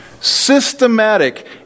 Systematic